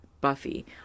Buffy